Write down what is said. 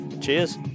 Cheers